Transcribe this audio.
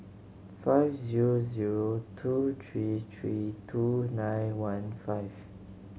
five zero zero two three three two nine one five